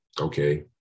okay